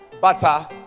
Butter